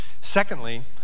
Secondly